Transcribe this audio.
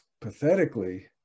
pathetically